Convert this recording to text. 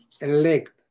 elect